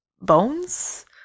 Bones